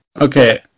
okay